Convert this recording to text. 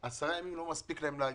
עשרה ימים זה לא מספיק להם כדי להגיש,